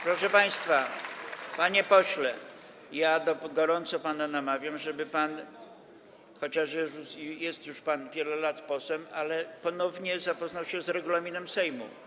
Proszę państwa, panie pośle, gorąco pana namawiam, żeby pan - chociaż jest pan już od wielu lat posłem - ponownie zapoznał się z regulaminem Sejmu.